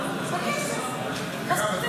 בכסף.